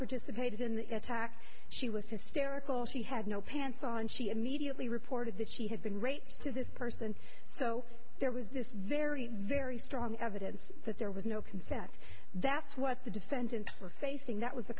participated in the attack she was hysterical she had no pants on she immediately reported that she had been raped to this person so there was this very very strong evidence that there was no consent that's what the defendants were facing that was